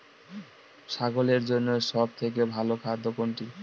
ছাগলের জন্য সব থেকে ভালো খাদ্য কোনটি?